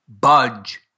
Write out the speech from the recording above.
budge